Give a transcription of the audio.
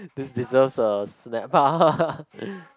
this deserves a snap